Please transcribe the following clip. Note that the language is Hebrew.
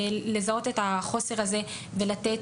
לזהות את החוסר הזה ולתת.